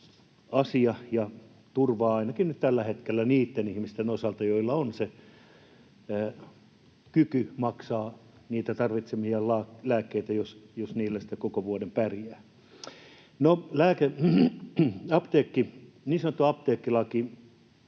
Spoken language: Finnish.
asia ja turvaa ainakin nyt tällä hetkellä niitten ihmisten osalta, joilla on kyky maksaa niitä tarvitsemiaan lääkkeitä, jos niillä sitten koko vuoden pärjää. No, niin sanottu apteekkilaki